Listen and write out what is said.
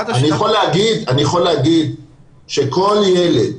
אני יכול להגיד שכל ילד,